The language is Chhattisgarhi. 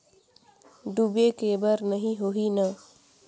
डूबे के बर नहीं होही न?